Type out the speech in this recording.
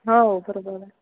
हो बरोबर आहे